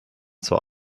zur